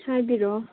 ꯍꯥꯏꯕꯤꯔꯣ